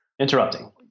Interrupting